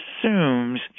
assumes